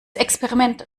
experiment